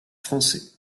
français